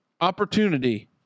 opportunity